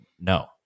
no